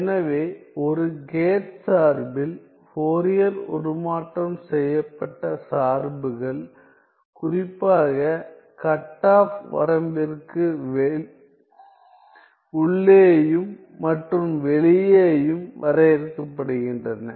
எனவே ஒரு கேட் சார்பில் ஃபோரியர் உருமாற்றம் செய்யப்பட்ட சார்புகள் குறிப்பாக கட் ஆப் வரம்பிற்கு உள்ளேயும் மற்றும் வெளியேயும் வரையறுக்கப்படுகின்றன